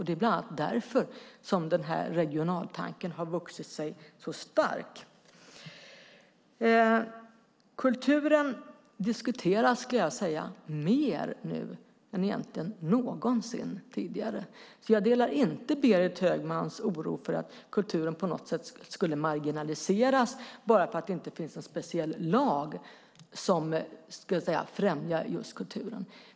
Det är bland annat därför som den här regionaltanken har vuxit sig så stark. Kulturen diskuteras egentligen mer nu än någonsin tidigare. Jag delar därför inte Berit Högmans oro för att kulturen på något sätt skulle marginaliseras bara för att det inte finns en speciell lag som främjar just kulturen.